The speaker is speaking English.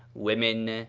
women,